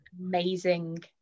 amazing